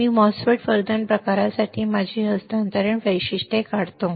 मी MOSFET वर्धन प्रकारासाठी माझी हस्तांतरण वैशिष्ट्ये काढतो